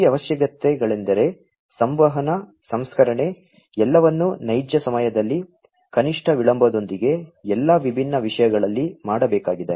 ಈ ಅವಶ್ಯಕತೆಗಳೆಂದರೆ ಸಂವಹನ ಸಂಸ್ಕರಣೆ ಎಲ್ಲವನ್ನೂ ನೈಜ ಸಮಯದಲ್ಲಿ ಕನಿಷ್ಠ ವಿಳಂಬದೊಂದಿಗೆ ಎಲ್ಲಾ ವಿಭಿನ್ನ ವಿಷಯಗಳಲ್ಲಿ ಮಾಡಬೇಕಾಗಿದೆ